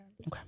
Okay